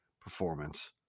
performance